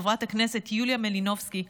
חברת הכנסת יוליה מלינובסקי,